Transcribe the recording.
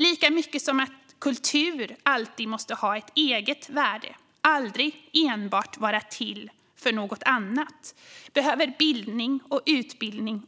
Lika mycket som kultur alltid måste ha ett eget värde och aldrig enbart vara till för något annat behöver också bildning och utbildning